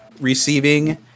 receiving